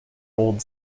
old